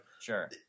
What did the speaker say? Sure